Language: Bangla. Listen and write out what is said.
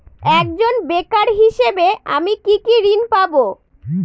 একজন বেকার হিসেবে আমি কি কি ঋণ পাব?